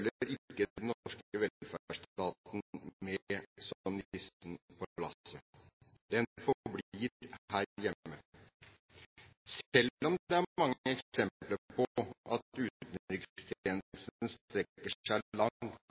den norske velferdsstaten med som nissen på lasset. Den forblir her hjemme, selv om det er mange eksempler på at utenrikstjenesten strekker seg